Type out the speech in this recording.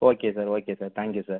okay sir okay sir thank you sir